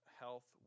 health